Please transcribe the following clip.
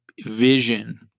vision